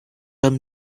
him